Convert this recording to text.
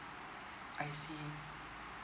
I see